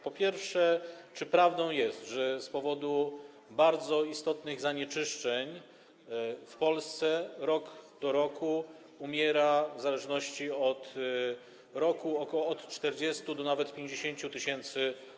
Po pierwsze, czy prawdą jest, że z powodu bardzo istotnych zanieczyszczeń w Polsce rok do roku, w zależności od roku, od 40 do nawet 50 tys.